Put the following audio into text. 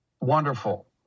Wonderful